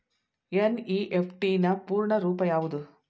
NEFT ನ ಪೂರ್ಣ ರೂಪ ಯಾವುದು?